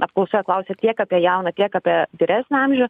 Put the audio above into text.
apklausoje klausia tiek apie jauną tiek apie vyresnį amžių